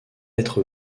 être